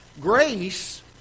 Grace